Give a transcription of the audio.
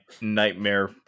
nightmare